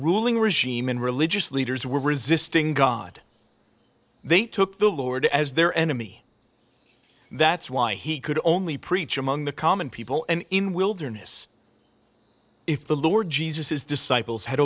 ruling regime and religious leaders were resisting god they took the lord as their enemy that's why he could only preach among the common people and in wilderness if the lord jesus his disciples had